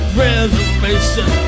reservation